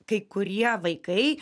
kai kurie vaikai